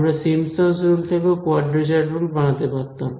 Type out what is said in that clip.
আমরা Simpson's rule থেকেও quadrature rule বানাতে পারতাম